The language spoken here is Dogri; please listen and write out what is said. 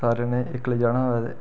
सारे जनें इक्कलें जाना होऐ ते